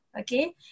Okay